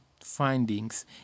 findings